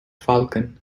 falcon